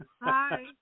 Hi